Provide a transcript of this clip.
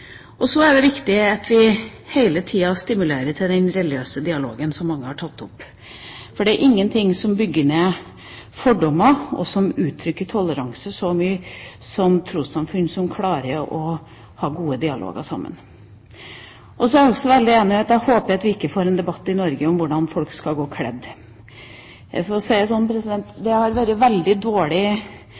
Så er det viktig at vi hele tida stimulerer til en religiøs dialog, som mange har tatt opp. For det er ingenting som bygger ned fordommer, og som uttrykker så mye toleranse som trossamfunn som klarer å ha gode dialoger sammen. Og jeg håper at vi ikke får en debatt i Norge om hvordan folk skal gå kledd. For å si det slik: Historisk sett har det gitt veldig dårlig